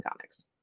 comics